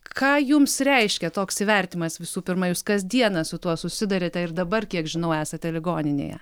ką jums reiškia toks įvertimas visų pirma jūs kasdieną su tuo susiduriate ir dabar kiek žinau esate ligoninėje